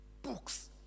Books